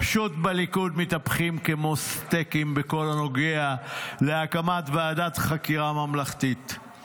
פשוט בליכוד מתהפכים כמו סטייקים בכל הנוגע להקמת ועדת חקירה ממלכתית.